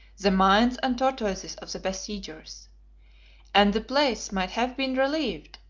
the mines and tortoises of the besiegers and the place might have been relieved,